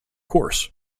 course